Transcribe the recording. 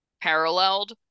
paralleled